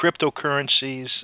cryptocurrencies